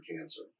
cancer